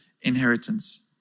inheritance